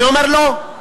אני אומר, לא.